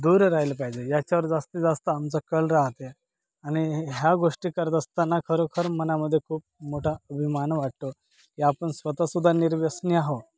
दूर राहिलं पाहिजे याच्यावर जास्तीत जास्त आमचं कल राहते आणि ह्या गोष्टी करत असताना खरोखर मनामध्ये खूप मोठा अभिमान वाटतो या आपण स्वतःसुद्धा निर्व्यसनी आहोत